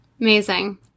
Amazing